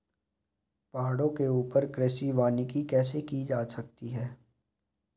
पहाड़ों के ऊपर कृषि वानिकी कैसे की जा सकती है